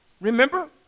Remember